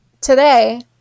today